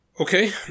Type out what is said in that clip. Okay